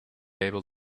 able